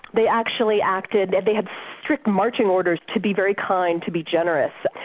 they actually acted, and they had strict marching orders to be very kind, to be generous,